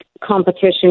competition